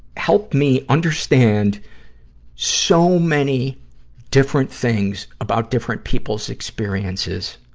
help me understand so many different things about different people's experiences.